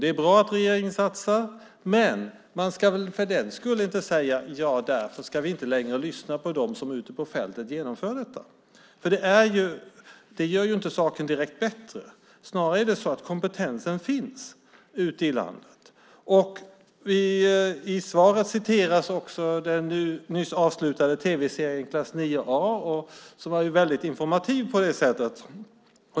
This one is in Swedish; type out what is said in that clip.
Det är bra att regeringen satsar, men man ska väl för den skull inte säga att man inte längre ska lyssna på dem som ute på fältet genomför detta. Det gör ju inte saken direkt bättre. Snarare är det så att kompetensen finns ute i landet. Den nyss avslutade tv-serien Klass 9 A var väldigt informativ på detta sätt.